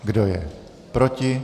Kdo je proti?